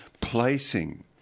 placing